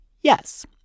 yes